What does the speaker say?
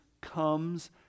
comes